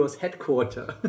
headquarters